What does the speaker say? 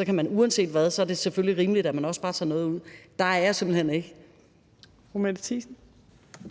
er det uanset hvad selvfølgelig rimeligt, at man også bare tager noget ud, vil jeg sige, at der